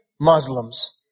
Muslims